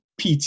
PT